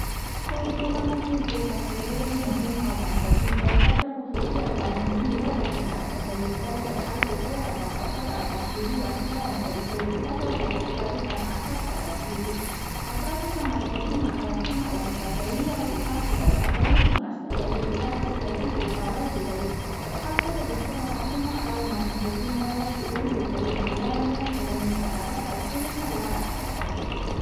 په ټولنه کې د زده کړې رول ډېر مهم او بنسټیز دی. زده کړه په فکري او فرهنګي ود کې مرسته کوي، زده کړه د خلکو پوهه، تفکر او تحلیلي وړتیا رهبري کوي. زده کړه د اقتصادي پرمختګ سبب کېږي، افرادو ته مسلکي مهارتونه ورزده کوي او د کار په پیدا کولو کې مرسته کوي. زده کړه سیاسي پوهاوی ډېروي، خلکو ته د خپلو حقونو او مسولیتونو په اړه شعور ورکوي، همدارنګه ټولنیز عدالت او سولې ته لاره هواروي.